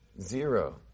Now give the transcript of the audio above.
Zero